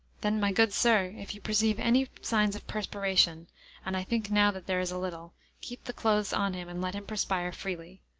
then, my good sir, if you perceive any signs of perspiration and i think now that there is a little keep the clothes on him and let him perspire freely.